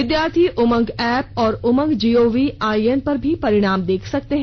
विद्यार्थी उमंग ऐप और उमंगजीओवी आईएन पर भी परिणाम देख सकते हैं